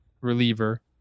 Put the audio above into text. reliever